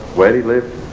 where they lived,